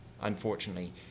unfortunately